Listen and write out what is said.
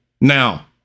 now